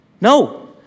No